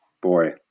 Boy